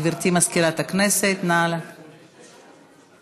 גברתי מזכירת הכנסת, נא אתה מעוניין?